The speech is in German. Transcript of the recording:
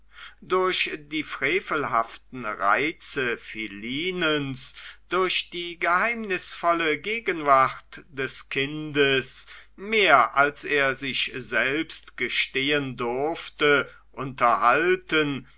durch die frevelhaften reize philinens durch die geheimnisvolle gegenwart des kindes mehr als er sich selbst gestehen durfte unterhalten